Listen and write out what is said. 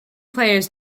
players